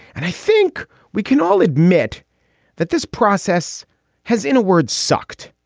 and i think we can all admit that this process has, in a word, sucked,